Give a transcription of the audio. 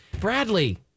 Bradley